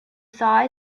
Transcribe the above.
saw